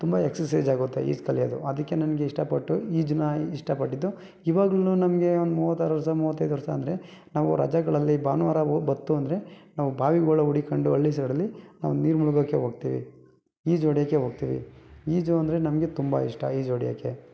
ತುಂಬ ಎಕ್ಸಸೈಸ್ ಆಗುತ್ತೆ ಈಜು ಕಲಿಯೋದು ಅದಕ್ಕೆ ನನಗೆ ಇಷ್ಟಪಟ್ಟು ಈಜನ್ನ ಇಷ್ಟಪಟ್ಟಿದ್ದು ಇವಾಗ್ಲು ನಮಗೆ ಒಂದು ಮೂವತ್ತಾರು ವರ್ಷ ಮೂವತ್ತೈದು ವರ್ಷ ಅಂದರೆ ನಾವು ರಜೆಗಳಲ್ಲಿ ಭಾನುವಾರ ಹೊ ಬಂತು ಅಂದರೆ ನಾವು ಬಾವಿಗಳು ಹುಡಿಕೊಂಡು ಹಳ್ಳಿ ಸೈಡಲ್ಲಿ ನಾವು ನೀರು ಮುಳುಗೋಕ್ಕೆ ಹೋಗ್ತೀವಿ ಈಜು ಹೊಡಿಯೋಕ್ಕೆ ಹೋಗ್ತೀವಿ ಈಜು ಅಂದರೆ ನಮಗೆ ತುಂಬ ಇಷ್ಟ ಈಜು ಹೊಡಿಯೋಕ್ಕೆ